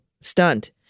stunt